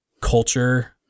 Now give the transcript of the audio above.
culture